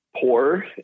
poor